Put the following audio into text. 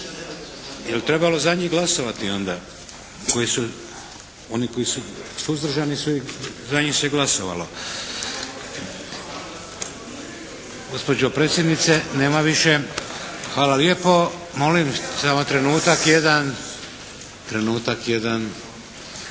Jel' trebalo za njih glasovati onda, oni koji su suzdržani za njih se glasovalo. Gospođo predsjednice nema više? Hvala lijepo. Molim samo trenutak jedan.